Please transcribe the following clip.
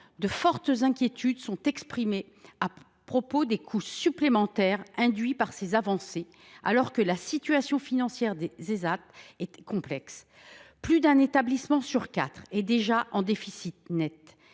de fortes inquiétudes ont été exprimées quant aux coûts additionnels induits par ces avancées, alors que la situation financière des Ésat est complexe. Plus d’un établissement sur quatre est déjà en déficit net.